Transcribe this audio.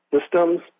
systems